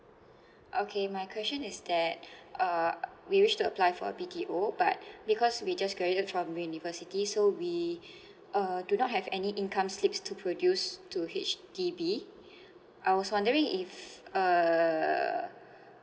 okay my question is that uh we wish to apply for a B_T_O but because we just graduated from university so we uh do not have any income slips to produce to H_D_B I was wondering if uh